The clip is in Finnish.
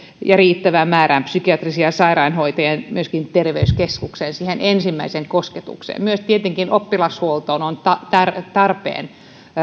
ja riittävä määrä psykiatrisia sairaanhoitajia myöskin terveyskeskukseen siihen ensimmäiseen kosketukseen myös tietenkin oppilashuollossa on tarpeen